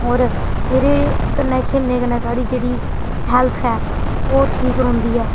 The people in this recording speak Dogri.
होर एह्दे कन्नै खेलने कन्नै साढ़ी जेह्ड़ी हैल्थ ऐ ओह् ठीक रौंह्दी ऐ